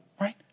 Right